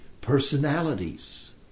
personalities